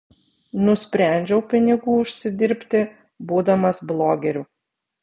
nusprendžiau pinigų užsidirbti būdamas blogeriu